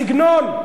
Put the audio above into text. תיאור מדויק.